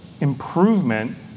improvement